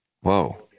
Whoa